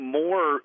more